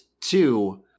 two